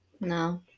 No